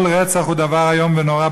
כל רצח הוא דבר איום ונורא,